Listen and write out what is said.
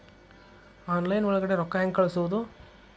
Online ಒಳಗಡೆ ರೊಕ್ಕ ಹೆಂಗ್ ಕಳುಹಿಸುವುದು?